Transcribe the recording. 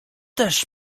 też